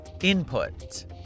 Input